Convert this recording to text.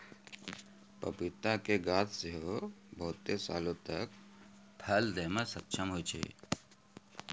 पपीता के गाछ सेहो बहुते सालो तक फल दै मे सक्षम होय छै